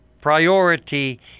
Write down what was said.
priority